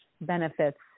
benefits